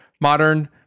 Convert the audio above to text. Modern